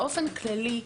באופן כללי,